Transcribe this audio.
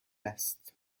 است